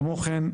כמו כן,